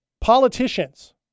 Politicians